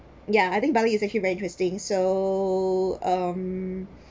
yeah I think bali is actually very interesting so um